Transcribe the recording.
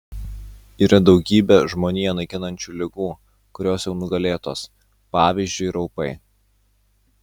yra daugybė žmoniją naikinančių ligų kurios jau nugalėtos pavyzdžiui raupai